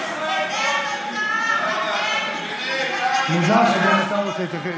אתם השתלטתם, מבצעים את מה שאתם רוצים.